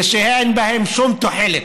שאין בהם שום תועלת.